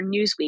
Newsweek